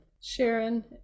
sharon